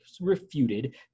refuted